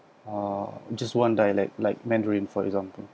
uh just one dialect like mandarin for example